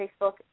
Facebook